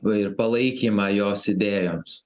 ir palaikymą jos idėjoms